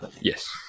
yes